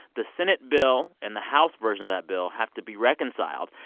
the senate bill and the house version of that bill have to be reconciled.